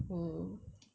mm